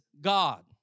God